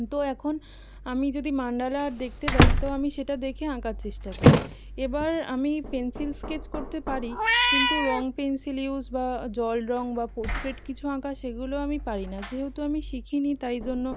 তো এখন আমি যদি মণ্ডালা আর্ট দেখতে পাই তো আমি সেটা দেখে আঁকার চেষ্টা করি এবার আমি পেন্সিল স্কেচ করতে পারি কিন্তু রঙ পেন্সিল ইউজ বা জল রঙ বা পোর্ট্রেট কিছু আঁকা সেগুলো আমি পারি না যেহেতু আমি শিখিনি তাই জন্য